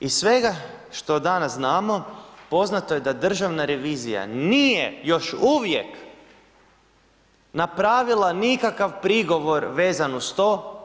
Iz svega što danas znamo poznato je da državna revizija nije još uvijek napravila nikakav prigovor vezan uz to.